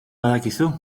badakizu